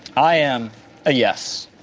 i am a yes.